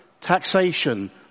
taxation